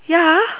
ya